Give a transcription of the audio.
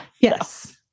Yes